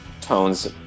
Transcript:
tones